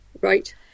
Right